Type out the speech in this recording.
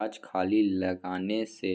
गाछ खाली लगेने सँ